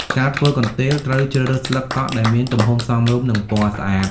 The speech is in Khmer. ការធ្វើកន្ទេល ត្រូវជ្រើសរើសស្លឹកកក់ដែលមានទំហំសមរម្យ និងពណ៌ស្អាត។